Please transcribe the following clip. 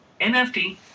nft